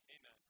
Amen